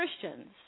Christians